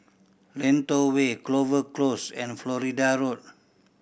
Lentor Way Clover Close and Florida Road